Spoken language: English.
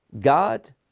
God